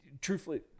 truthfully